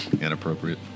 Inappropriate